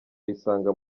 uyisanga